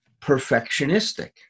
perfectionistic